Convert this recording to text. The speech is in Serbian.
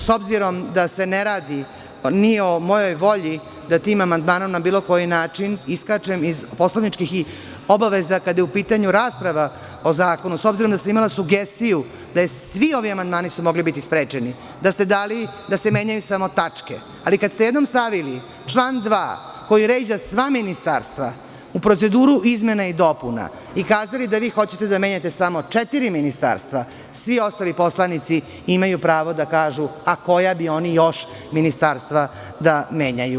S obzirom da se ne radi ni o mojoj volji da tim amandmanom na bilo koji način iskačem iz poslovničkih i obaveza kada je u pitanju rasprava o zakonu, s obzirom da sam imala sugestiju da su svi ovi amandmani mogli biti sprečeni da ste dali da se menjaju samo tačke, ali, kad ste jednom stavili član 2. koji ređa sva ministarstva u proceduru izmena i dopuna i kazali da vi hoćete da menjate samo četiri ministarstva, svi ostali poslanici imaju pravo da kažu – koja bi oni još ministarstva da menjaju.